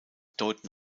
deuten